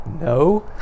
no